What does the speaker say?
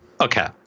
okay